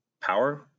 power